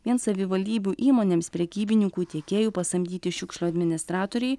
vien savivaldybių įmonėms prekybininkų tiekėjų pasamdyti šiukšlių administratoriai